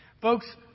Folks